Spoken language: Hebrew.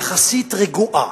יחסית רגועה,